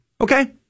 Okay